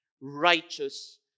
righteous